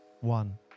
one